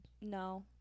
No